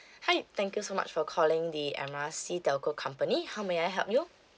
hi thank you so much for calling the M R C telco company how may I help you